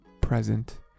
present